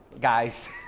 guys